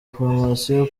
promosiyo